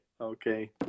okay